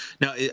Now